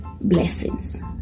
blessings